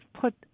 put